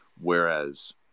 whereas